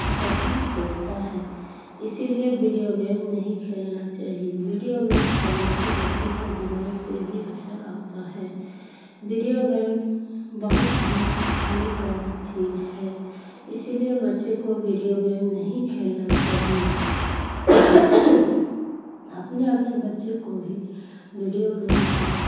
بہت سوچتا ہیں اسی لیے ویڈیو گیم نہیں کھیلنا چاہیے ویڈیو گیم کھیلنے سے بچے کو دماغ پہ بھی اثر آتا ہے ویڈیو گیم بہت ہی ہانیکارک چیز ہے اسی لیے بچے کو ویڈیو گیم نہیں کھیلنا چاہیے اپنے اپنے بچے کو بھی ویڈیو گیم سے